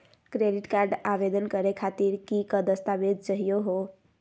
Credit card आवेदन करे खातीर कि क दस्तावेज चाहीयो हो?